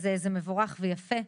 אז זה מבורך ויפה.